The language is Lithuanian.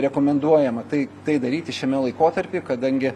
rekomenduojama tai tai daryti šiame laikotarpy kadangi